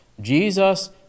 Jesus